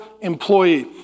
employee